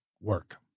work